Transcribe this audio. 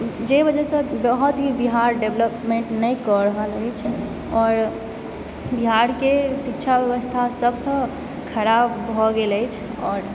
जे वजहसँ बहुत ही बिहार डेवलप नहि कऽ रहल अछि आओर बिहारके शिक्षा व्यवस्था सभसँ खराब भऽ गेल अछि आओर